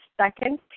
second